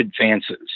advances